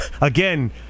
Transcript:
Again